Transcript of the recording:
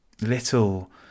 Little